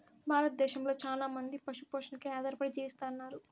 భారతదేశంలో చానా మంది పశు పోషణపై ఆధారపడి జీవిస్తన్నారు